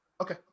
Okay